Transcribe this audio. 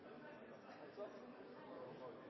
er ei